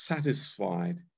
Satisfied